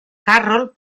carroll